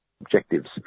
objectives